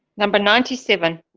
number ninety seven.